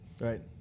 Right